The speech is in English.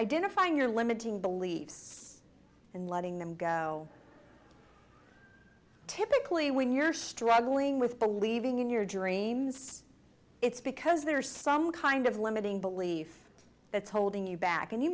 identifying your limiting beliefs and letting them go typically when you're struggling with believing in your dreams it's because there are some kind of limiting belief that's holding you back and you